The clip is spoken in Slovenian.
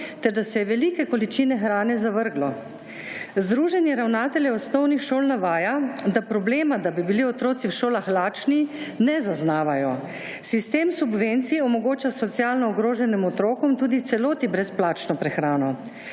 ter da se je velike količine hrane zavrglo. Združenje ravnateljev osnovnih šol navaja, da problema, da bi bili otroci v šolah lačni ne zaznavajo. Sistem subvencije omogoča socialno ogroženim otrokom tudi v celoti brezplačno prehrano.